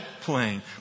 plane